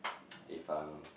if I'm